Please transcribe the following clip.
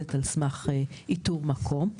שעובדת על סמך איתור מקום.